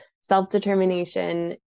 self-determination